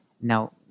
Now